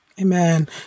Amen